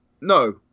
no